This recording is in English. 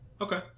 Okay